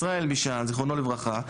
ישראל משען זיכרונו לברכה,